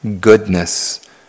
goodness